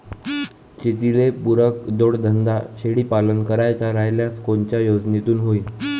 शेतीले पुरक जोडधंदा शेळीपालन करायचा राह्यल्यास कोनच्या योजनेतून होईन?